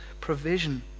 provision